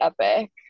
epic